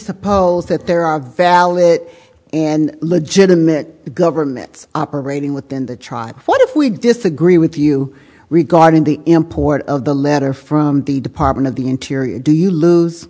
presuppose that there are valid and legitimate governments operating within the tribe what if we disagree with you regarding the import of the letter from the department of the interior do you lose